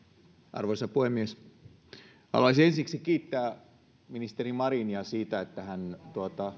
arvoisa puhemies haluaisin ensiksi kiittää ministeri marinia siitä että hän